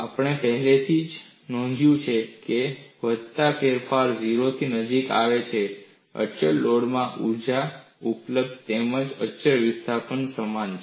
આપણે પહેલેથી જ નોંધ્યું છે જેમ કે વધતા ફેરફારો 0 ની નજીક આવે છે અચળ લોડમાં ઊર્જા ઉપલબ્ધતા તેમજ અચળ વિસ્થાપન સમાન છે